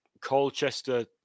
Colchester